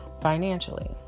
financially